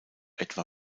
etwa